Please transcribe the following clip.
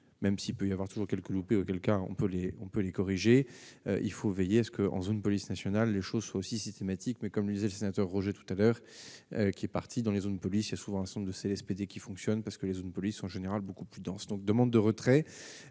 même s'il peut y avoir toujours quelques loupés, auquel cas on peut les on peut les corriger, il faut veiller à ce que, en zone police nationale, les choses soient aussi systématique mais, comme le disait l'sénateur Roger tout à l'heure qu'il est parti dans les zones police et souvent ensemble de, c'est le SPD qui fonctionne parce que les zones polluées sont en général beaucoup plus dense donc demande de retrait,